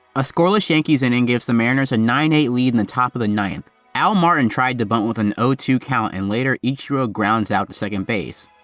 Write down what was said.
a scoreless yankees in and gives the mariners a nine eight lead in the top of the ninth. al martin tried to burn with an two count and later ichiro grounds out to second base,